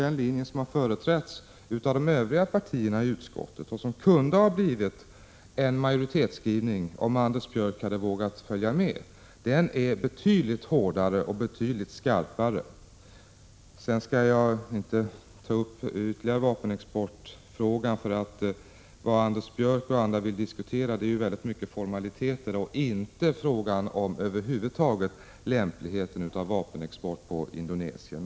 Den linje som har företrätts i reservationen från de övriga partierna i utskottet och som kunde ha blivit en majoritetsskrivning, om Anders Björck hade vågat följa med, är däremot betydligt skarpare. Jag skall inte ytterligare ta upp vapenexportfrågan nu, för vad Anders Björck och andra vill diskutera gäller i hög grad formaliteter och inte frågan om lämplighet av vapenexport till Indonesien över huvud taget.